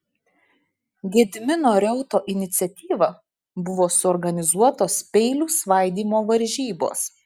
gedimino reuto iniciatyva buvo suorganizuotos peilių svaidymo varžybos